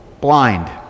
blind